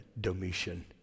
Domitian